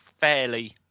fairly